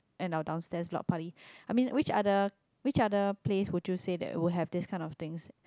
at our downstairs block party I mean which are the which other place you would say that would have this kind of things